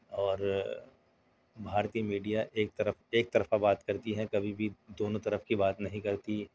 اور بھارتیہ میڈیا ایک طرف ایکطرفہ بات کرتی ہے کبھی بھی دونوں طرف کی بات نہیں کرتی